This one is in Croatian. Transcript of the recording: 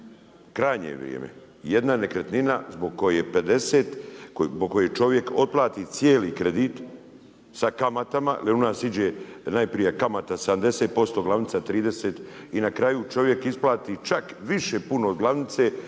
krajnje je vrijeme, jedna nekretnina zbog koje 50, zbog koje čovjek otplati cijeli kredit sa kamatama, jer u nas ide najprije kamata 70%, glavnica 30 i na kraju čovjek isplati čak više puno glavnice,